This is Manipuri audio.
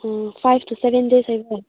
ꯐꯥꯏꯕ ꯇꯨ ꯁꯕꯦꯟ ꯗꯦꯁ ꯍꯥꯏꯕ